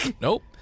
Nope